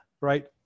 right